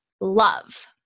love